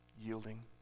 Yielding